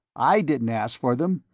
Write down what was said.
i didn't ask for them,